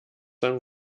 dann